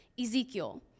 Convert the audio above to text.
Ezekiel